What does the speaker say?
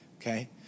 Okay